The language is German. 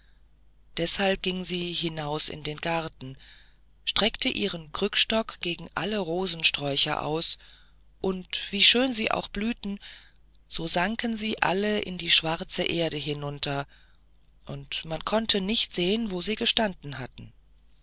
deshalb ging sie hinaus in den garten streckte ihren krückstock gegen alle rosensträuche aus und wie schön sie auch blühten so sanken sie alle in die schwarze erde hinunter und man konnte nicht sehen wo sie gestanden hatten